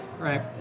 Right